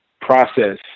process